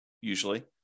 usually